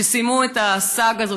שסיימו את הסאגה הזו,